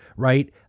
right